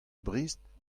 brest